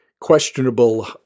questionable